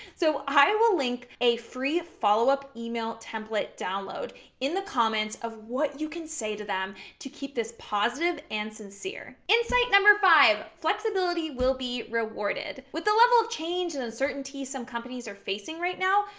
so i will link a free follow up email template download in the comments of what you can say to them, to keep this positive and sincere. insight number five, flexibility will be rewarded. with the level of change and uncertainty some companies are facing right now,